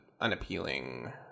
unappealing